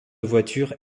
voitures